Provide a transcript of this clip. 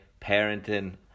parenting